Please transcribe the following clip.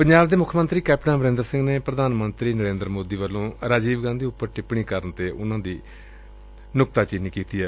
ਪੰਜਾਬ ਦੇ ਮੁੱਖ ਮੰਤਰੀ ਕੈਪਟਨ ਅਮਰਿੰਦਰ ਸਿੰਘ ਨੇ ਪ੍ਰਧਾਨ ਮੰਤਰੀ ਨਰੇਂਦਰ ਮੋਦੀ ਵੱਲੋਂ ਰਾਜੀਵ ਗਾਂਧੀ ਉਪਰ ਟਿੱਪਣੀ ਕਰਨ ਤੇ ਉਨੂਾ ਦੀ ਨੂਕਤਾਚੀਨੀ ਕੀਤੀ ਏ